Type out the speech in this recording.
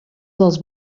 dels